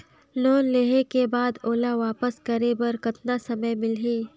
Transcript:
Loan लेहे के बाद ओला वापस करे बर कतना समय मिलही?